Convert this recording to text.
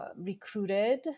recruited